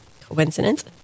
coincidence